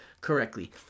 correctly